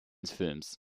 films